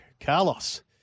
Carlos